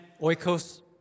Oikos